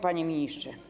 Panie Ministrze!